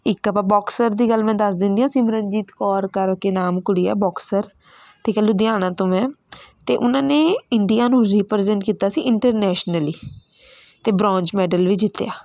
ਇੱਕ ਆਪਾਂ ਬੋਕਸਰ ਦੀ ਗੱਲ ਮੈਂ ਦੱਸ ਦਿੰਦੀ ਹਾਂ ਸਿਮਰਨਜੀਤ ਕੌਰ ਕਰਕੇ ਨਾਮ ਕੁੜੀ ਆ ਬੋਕਸਰ ਠੀਕ ਹੈ ਲੁਧਿਆਣਾ ਤੋਂ ਹੈ ਅਤੇ ਉਹਨਾਂ ਨੇ ਇੰਡੀਆ ਨੂੰ ਰੀਪ੍ਰਜੈਂਟ ਕੀਤਾ ਸੀ ਇੰਟਰਨੈਸ਼ਨਲੀ ਅਤੇ ਬਰੋਂਜ ਮੈਡਲ ਵੀ ਜਿੱਤਿਆ